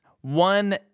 One